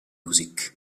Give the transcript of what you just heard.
music